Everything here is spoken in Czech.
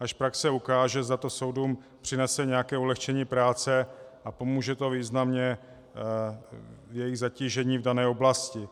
Až praxe ukáže, zda to soudům přinese nějaké ulehčení práce a pomůže to významně jejich zatížení v dané oblasti.